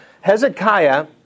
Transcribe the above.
Hezekiah